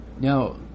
now